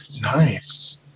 Nice